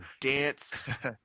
dance